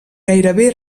gairebé